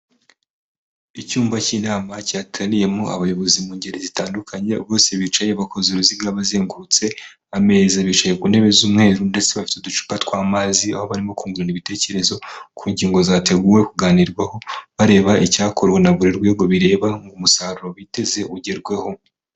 Icyumba cy'inama cyateraniyemo abayobozi mu ngeri zitandukanye bose bicaye bakoze uruziga bazengurutse ameza, bicaye ku ntebe z'umweru ndetse bafite uducupa tw'amazi, aho barimo kungurana ibitekerezo ku ngingo zateguwe kuganirwaho bareba icyakorwa na buri rwego bireba ngo umusaruro biteze ugerweho.